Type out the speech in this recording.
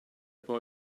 boy